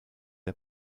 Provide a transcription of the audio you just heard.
der